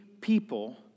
people